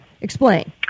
Explain